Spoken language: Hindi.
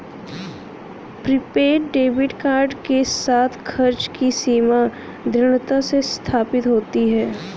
प्रीपेड डेबिट कार्ड के साथ, खर्च की सीमा दृढ़ता से स्थापित होती है